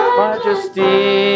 majesty